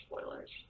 spoilers